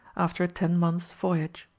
after a ten months' voyage.